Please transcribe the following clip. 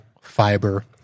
fiber